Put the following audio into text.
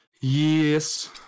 yes